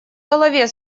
голове